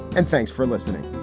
and thanks for listening